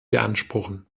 beanspruchen